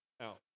out